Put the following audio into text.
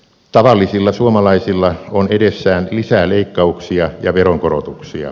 tavallisilla suomalaisilla on edessään lisää leikkauksia ja veronkorotuksia